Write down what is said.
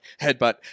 headbutt